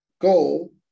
goal